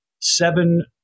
Seven